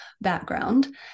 background